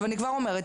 אני כבר אומרת,